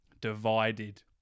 divided